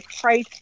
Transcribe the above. price